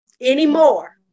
Anymore